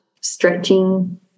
stretching